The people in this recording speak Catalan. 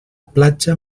platja